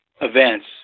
events